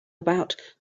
about